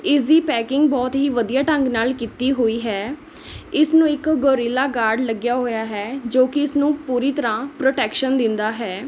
ਇਸਦੀ ਪੈਕਿੰਗ ਬਹੁਤ ਹੀ ਵਧੀਆ ਢੰਗ ਨਾਲ਼ ਕੀਤੀ ਹੋਈ ਹੈ ਇਸਨੂੰ ਇੱਕ ਗੋਰੀਲਾ ਗਾਰਡ ਲੱਗਿਆ ਹੋਇਆ ਹੈ ਜੋ ਕਿ ਇਸਨੂੰ ਪੂਰੀ ਤਰ੍ਹਾਂ ਪ੍ਰੋਟੈਕਸ਼ਨ ਦਿੰਦਾ ਹੈ